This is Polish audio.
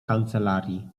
kancelarii